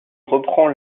reprend